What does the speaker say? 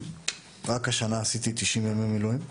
רק השנה עשיתי 90 ימי מילואים.